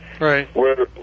Right